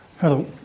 Hello